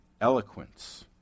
eloquence